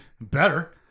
Better